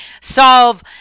solve